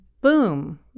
boom